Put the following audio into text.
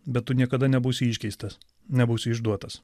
bet tu niekada nebūsi iškeistas nebūsiu išduotas